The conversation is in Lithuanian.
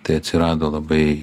tai atsirado labai